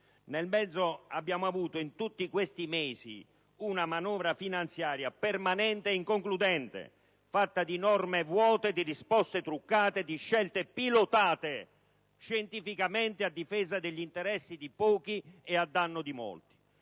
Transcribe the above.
Nel mezzo abbiamo avuto, in tutti questi mesi, una manovra finanziaria permanente ed inconcludente, fatta di norme vuote, di risposte truccate, di scelte pilotate scientificamente a difesa degli interessi di pochi e a danno di molti;